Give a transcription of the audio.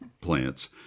plants